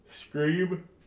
Scream